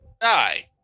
die